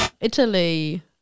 Italy